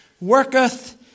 worketh